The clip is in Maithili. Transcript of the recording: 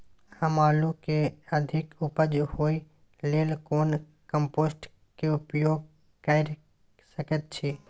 हम आलू के अधिक उपज होय लेल कोन कम्पोस्ट के उपयोग कैर सकेत छी?